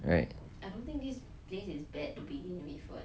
right